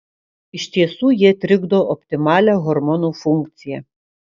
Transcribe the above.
iš tiesų jie trikdo optimalią hormonų funkciją